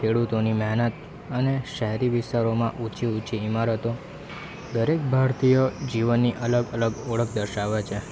ખેડૂતોની મહેનત અને શહેરી વિસ્તારોમાં ઊંચી ઊંચી ઇમારતો દરેક ભારતીય જીવનની અલગ અલગ ઓળખ દર્શાવે છે